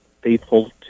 faithful